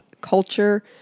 culture